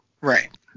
Right